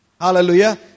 Hallelujah